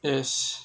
yes